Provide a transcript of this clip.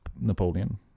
Napoleon